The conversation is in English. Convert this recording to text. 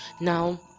Now